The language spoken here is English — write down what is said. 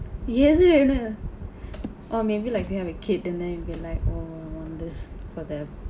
ஏது என்ன:ethu enna or maybe like if you have a kid then you'll be like oh I want this for them